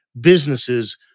businesses